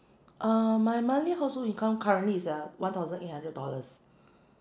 um my monthly household income currently is uh one thousand eight hundred dollars